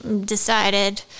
decided